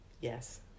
Yes